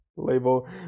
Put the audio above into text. label